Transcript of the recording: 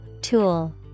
Tool